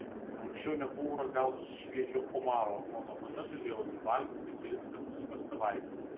anksčiau nebuvau ragavusi šviežio omaro o nuo tada galėjau jų valgyti kelis kartus per savaitę